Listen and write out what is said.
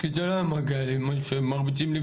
כי זה לא היה מגיע לי שהם מרביצים לי.